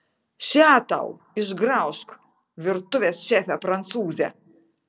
še tau išgraužk virtuvės šefe prancūze